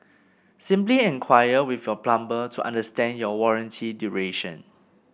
simply enquire with your plumber to understand your warranty duration